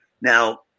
Now